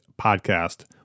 Podcast